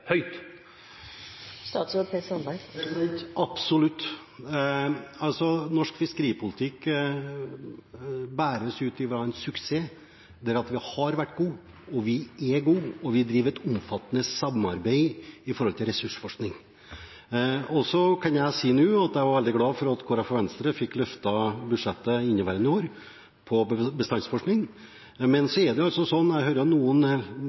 Norsk fiskeripolitikk bæres ut fra å være en suksess, der vi har vært gode, vi er gode, og vi driver et omfattende samarbeid når det gjelder ressursforskning. Så kan jeg si nå at jeg var veldig glad for at Kristelig Folkeparti og Venstre fikk løftet budsjettet for bestandsforskning i inneværende år. Jeg hører at noen mener at jeg